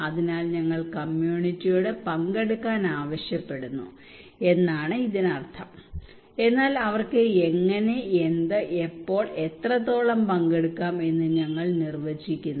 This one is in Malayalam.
അതിനാൽ ഞങ്ങൾ കമ്മ്യൂണിറ്റിയോട് പങ്കെടുക്കാൻ ആവശ്യപ്പെടുന്നു എന്നാണ് ഇതിനർത്ഥം എന്നാൽ അവർക്ക് എങ്ങനെ എന്ത് എപ്പോൾ എത്രത്തോളം പങ്കെടുക്കാം എന്ന് ഞങ്ങൾ നിർവ്വചിക്കുന്നു